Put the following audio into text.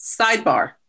sidebar